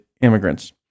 immigrants